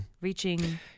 Reaching